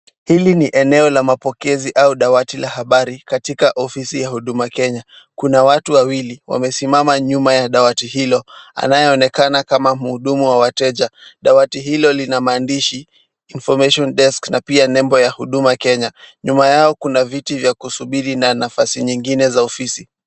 Hili ni eneo la mapokezi au dawati la habari katika ofisi ya huduma Kenya. Kuna watu wawili wamesimama nyuma ya dawati hilo. Anayeoonekana kama mhudumu wa wateja. Dawati hilo lina maandishi Information Deskt na pia nembo ya Huduma Kenya. Nyuma yao kuna viti vya kusubiri na nafasi nyingine za ofisi.